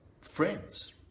Friends